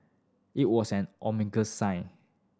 it was an ominous sign